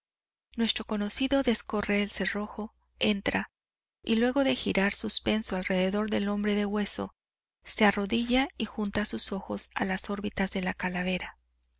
nuestro conocido descorre el cerrojo entra y luego de girar suspenso alrededor del hombre de hueso se arrodilla y junta sus ojos a las órbitas de la calavera